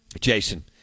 Jason